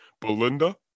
Belinda